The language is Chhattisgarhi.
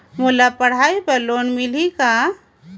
मोला पढ़ाई बर लोन मिलही का?